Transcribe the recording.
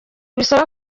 bisaba